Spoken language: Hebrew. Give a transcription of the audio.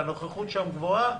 שהנוכחות שם תהיה גבוהה,